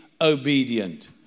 obedient